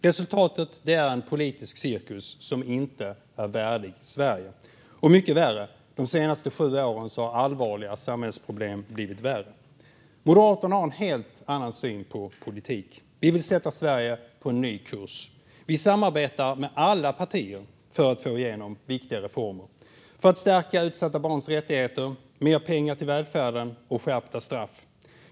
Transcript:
Resultatet är en politisk cirkus som inte är värdig Sverige och, mycket värre: De senaste sju åren har allvarliga samhällsproblem blivit värre. Moderaterna har en helt annan syn på politik. Vi vill sätta Sverige på en ny kurs. Vi samarbetar med alla partier för att få igenom viktiga reformer för att stärka utsatta barns rättigheter, för mer pengar till välfärden och för skärpta straff.